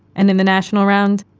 and in the national round,